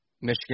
Michigan